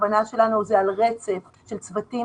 כשהכוונה שלנו זה על רצף של צוותים,